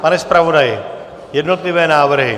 Pane zpravodaji, jednotlivé návrhy.